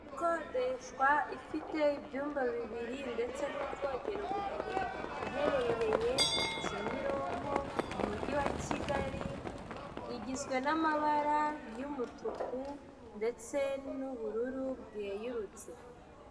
Ikodeshwa ifite ibyumba bibiri ndetse n'ubwogero bubiri iherereye Kimironko mu mujyi wa Kigali igizwe n'amabara y'umutuku ndetse n'ubururu bweyurutse.